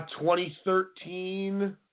2013